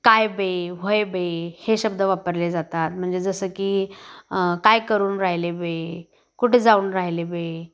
काय बे व्हय बे हे शब्द वापरले जातात म्हणजे जसं की काय करून राहिले बे कुठे जाऊन राहिले बे